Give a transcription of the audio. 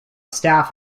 staff